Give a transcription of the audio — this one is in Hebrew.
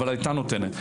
אבל הייתה נותנת.